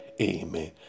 Amen